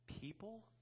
people